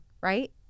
right